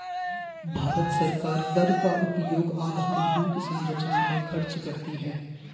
भारत सरकार कर का उपयोग आधारभूत संरचना में खर्च करती है